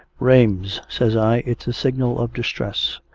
rames, says i, it's a signal of distress.